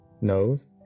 nose